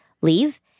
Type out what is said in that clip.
leave